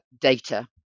data